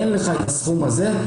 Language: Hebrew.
אין לך את הסכום הזה,